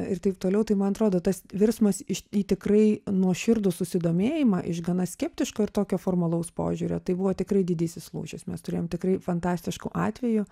ir taip toliau tai man atrodo tas virsmas iš į tikrai nuoširdų susidomėjimą iš gana skeptiško ir tokio formalaus požiūrio tai buvo tikrai didysis lūžis mes turėjom tikrai fantastiškų atvejų